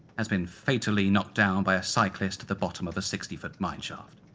has been fatally knocked down by a cyclist at the bottom of a sixty-foot mineshaft.